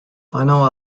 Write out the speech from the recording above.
final